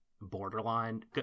Borderline